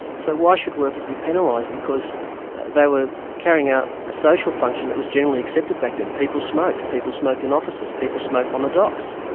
so why should workers be penalised because they were carrying out a social function that was generally accepted back then? people smoked. people smoked in offices, people smoked on the docks.